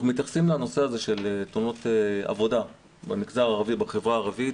מתייחסים לנושא של תאונות עבודה בחברה הערבית,